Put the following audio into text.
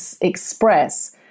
express